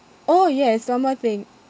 oh yes one more thing